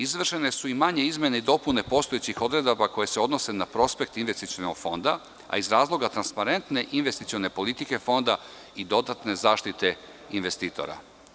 Izvršene su i manje izmene i dopune postojećih odredaba koje se odnose na prospekt investicionog fonda, a iz razloga transparentne investicione politike fonda i dodatne zaštite investitora.